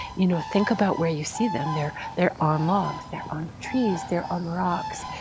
you know think about where you see them. they're they're on logs. they're on trees. they're on rocks.